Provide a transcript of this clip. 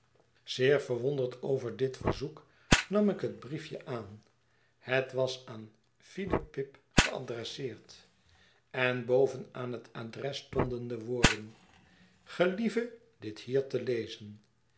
zeer verwonderd over dit verzoek nam ik het briefje aan het was aan philip pip geadresseerd en boven aan het adres stonden de woorden gelieve dit h i e r te lezen